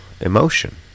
emotion